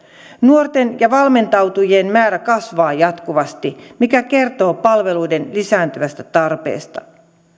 nuorten ja valmentautujien määrä kasvaa jatkuvasti mikä kertoo palveluiden lisääntyvästä tarpeesta palveluiden